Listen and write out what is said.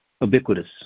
ubiquitous